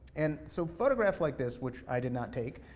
and so photographs like this, which i did not take,